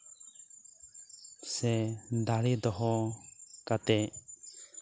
ᱥᱮ ᱫᱟᱲᱮ ᱫᱚᱦᱚ ᱠᱟᱛᱮᱜ